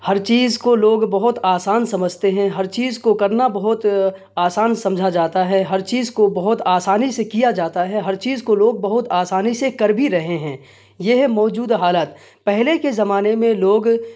ہر چیز کو لوگ بہت آسان سمجھتے ہیں ہر چیز کو کرنا بہت آسان سمجھا جاتا ہے ہر چیز کو بہت آسانی سے کیا جاتا ہے ہر چیز کو لوگ بہت آسانی سے کر بھی رہے ہیں یہ ہے موجود حالت پہلے کے زمانے میں لوگ